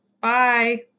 Bye